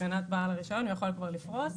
מבחינת בעל הרישיון הוא יכול כבר לפרוס,